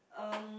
um